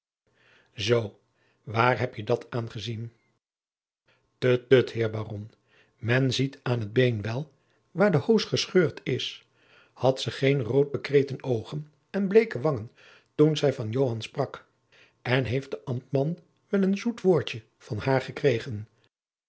zoo waar heb je dat aan gezien tut tut heer baron men ziet aan t been wel waar de hoos gescheurd is had ze geen rood jacob van lennep de pleegzoon bekreten oogen en bleeke wangen toen zij van joan sprak en heeft de ambtman wel een zoet woordje van haar gekregen